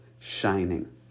shining